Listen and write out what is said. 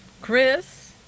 Chris